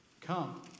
Come